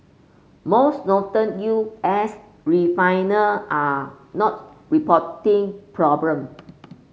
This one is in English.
most northern U S refiner are not reporting problem